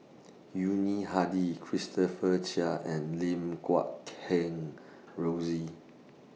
Yuni Hadi Christopher Chia and Lim Guat Kheng Rosie